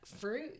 fruit